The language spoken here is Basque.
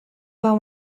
hau